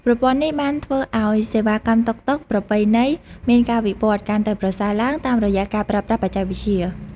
ប្រព័ន្ធនេះបានធ្វើឲ្យសេវាកម្មតុកតុកប្រពៃណីមានការវិវត្តន៍កាន់តែប្រសើរឡើងតាមរយៈការប្រើប្រាស់បច្ចេកវិទ្យា។